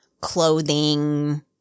clothing